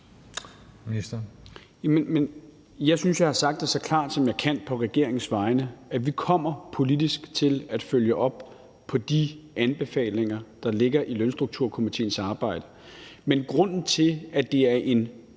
jeg har sagt det så klart, som jeg kan, på regeringens vegne: at vi kommer til politisk at følge op på de anbefalinger, der ligger i Lønstrukturkomitéens arbejde. Men at det er en